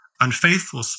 unfaithful